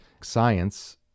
Science